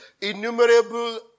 innumerable